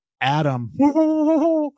Adam